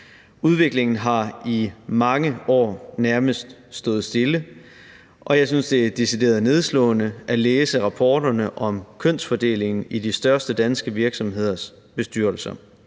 Udviklingen har i mange år nærmest stået stille, og jeg synes, det er decideret nedslående at læse rapporterne om kønsfordelingen i de største danske virksomheders bestyrelser.